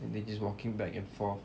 then they just walking back and forth